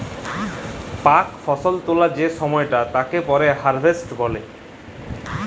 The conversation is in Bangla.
পাক ফসল তোলা যে সময়টা তাকে পরে হারভেস্ট বলে